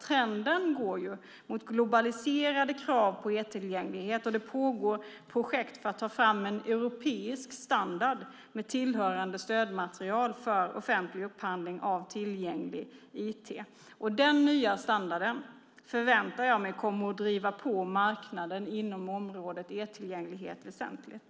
Trenden går mot globaliserade krav på e-tillgänglighet, och det pågår projekt för att ta fram en europeisk standard med tillhörande stödmaterial för offentlig upphandling av tillgänglig IT. Den nya standarden kommer, förväntar jag mig, att driva på marknaden inom området e-tillgänglighet väsentligt.